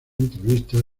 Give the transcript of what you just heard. entrevistas